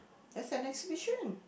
as an exhibition